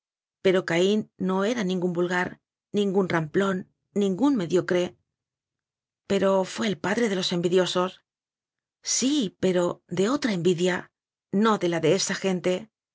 pero caín no era ningún vulgar ningún ram plón ningún mediocre pero fué el padre de los envidiosos sí pero de otra envidia no de la de esa gente